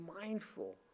mindful